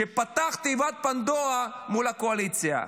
שפתח תיבת פנדורה מול הקואליציה.